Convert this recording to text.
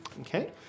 Okay